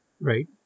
right